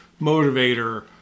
motivator